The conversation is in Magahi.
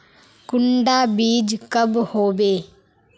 कुंडा बीज कब होबे?